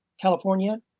California